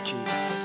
Jesus